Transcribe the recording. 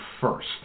first